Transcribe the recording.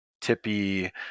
tippy